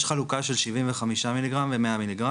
יש חלוקה של 75 מ"ג ו- 100 מ"ג,